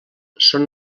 són